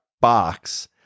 box